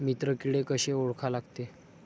मित्र किडे कशे ओळखा लागते?